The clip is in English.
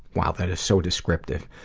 wow. that is so descriptive.